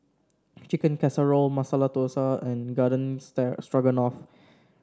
Chicken Casserole Masala Dosa and Garden Stroganoff